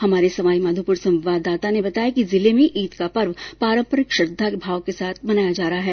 हमारे सवाईमाधोपुर संवाददाता ने बताया कि जिले में ईद का पर्व पारम्परिक श्रद्धा भाव के साथ मनाया जा रहा है